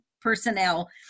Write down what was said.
personnel